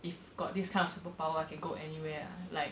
if got this kind of superpower I can go anywhere ah like